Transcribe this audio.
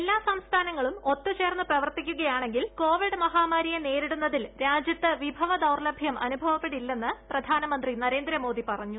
പ് സംസ്ഥാനങ്ങളും ഒത്തു ചേർന്ന് എല്ലാ പ്രവർത്തിക്കുകയാണെങ്കിൽ കോവിഡ് മഹാമാരിയെ നേരിടുന്നതിൽ രാജ്യത്ത് വിഭവ ദൌർലഭ്യം അനുഭവപ്പെടില്ലെന്ന് പ്രധാനമന്ത്രി നരേന്ദ്രമോദി പറഞ്ഞു